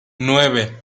nueve